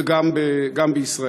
וגם בישראל.